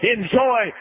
Enjoy